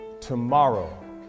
Tomorrow